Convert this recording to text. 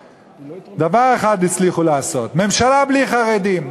דבר אחד הצליחו לעשות ממשלה בלי חרדים.